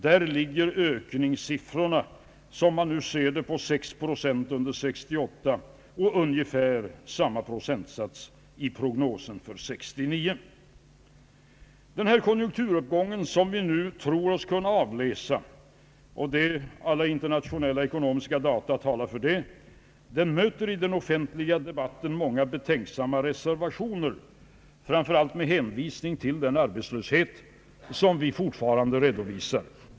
Där ligger ökningen på 6 procent 1968 och vid ungefär samma procentsats i prognosen för 1969. Den konjunkturuppgång, som vi nu tror oss kunna avläsa — och alla internationella ekonomiska data talar för det — möter i den offentliga debatten många «:betänksamma =<:reservationer framför allt med hänvisning till den arbetslöshet vi fortfarande redovisar.